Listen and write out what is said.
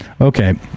okay